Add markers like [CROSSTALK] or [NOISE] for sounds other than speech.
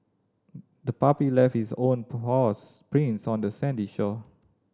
the puppy left its own [UNINTELLIGIBLE] prints on the sandy shore